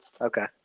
okay